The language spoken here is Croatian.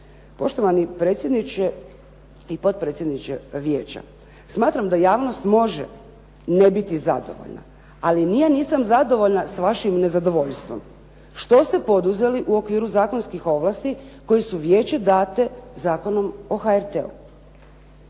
Poštovani predsjedniče i potpredsjedniče Vijeća, smatram da javnost može ne biti zadovoljna, ali ni ja nisam zadovoljna s vašim nezadovoljstvom. Što ste poduzeli u okviru zakonskih ovlasti koji su Vijeću date Zakonom o HRT-u?